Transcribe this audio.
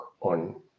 on